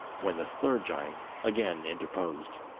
when the third giant again interposed.